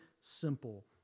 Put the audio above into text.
simple